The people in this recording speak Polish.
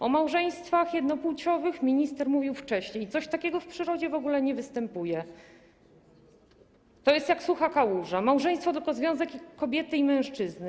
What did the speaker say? O małżeństwach jednopłciowych minister mówił wcześniej: coś takiego w przyrodzie w ogóle nie występuje, to jest jak sucha kałuża, małżeństwo to tylko związek kobiety i mężczyzny.